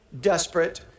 desperate